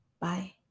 Bye